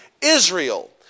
Israel